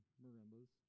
marimbas